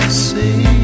see